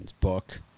Book